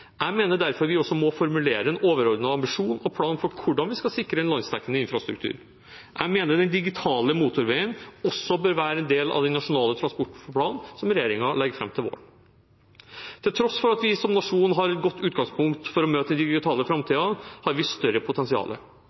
Jeg mener derfor at vi også må formulere en overordnet ambisjon og plan for hvordan vi skal sikre en landsdekkende infrastruktur. Jeg mener den digitale motorveien bør være en del av den nasjonale transportplanen regjeringen legger fram til våren. Til tross for at vi som nasjon har et godt utgangspunkt for å møte den digitale framtiden, har vi større